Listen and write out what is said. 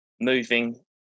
moving